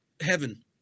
heaven